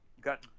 got